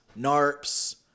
narps